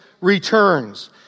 returns